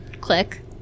Click